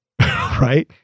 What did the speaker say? right